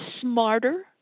smarter